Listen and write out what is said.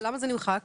למה זה נמחק,